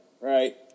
right